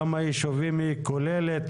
כמה יישובים היא כוללת,